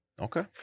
Okay